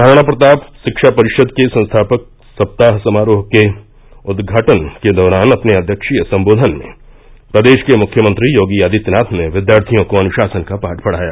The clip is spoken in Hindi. महाराणा प्रताप शिक्षा परिषद के संस्थापक सप्ताह समारोह के उद्घाटन के दौरान अपने अध्यक्षीय संबोधन में प्रदेश के मुख्यमंत्री योगी आदित्यनाथ ने विद्यार्थियों को अनुशासन का पाठ पढ़ाया